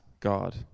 God